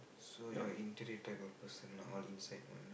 so you are interim type of person lah all inside one